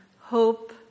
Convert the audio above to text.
hope